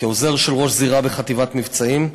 כעוזר של ראש זירה בחטיבת מבצעים.